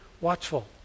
watchful